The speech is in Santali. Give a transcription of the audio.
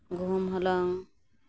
ᱜᱩᱦᱩᱢ ᱦᱚᱞᱚᱝ